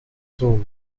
zoned